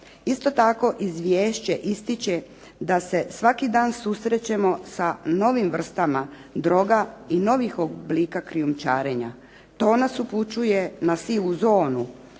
Isto tako, izvješće ističe da se svaki dan susrećemo sa novim vrstama droga i novih oblika krijumčarenja. To nas upućuje na sivu zonu